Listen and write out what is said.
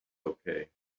okay